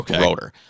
rotor